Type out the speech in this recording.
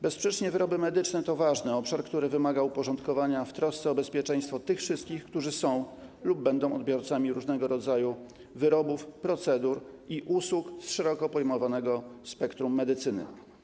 Bezsprzecznie wyroby medyczne to ważny obszar, który wymaga uporządkowania w trosce o bezpieczeństwo tych wszystkich, którzy są lub będą odbiorcami różnego rodzaju wyrobów, procedur i usług z szeroko pojmowanego spektrum medycyny.